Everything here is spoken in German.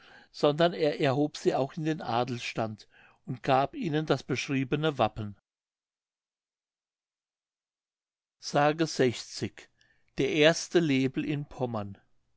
sondern er erhob sie auch in den adelstand und gab ihnen das beschriebene wappen gesterding pommersches museum i s der erste lepel in pommern